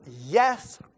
Yes